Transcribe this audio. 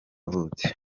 buki